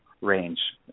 range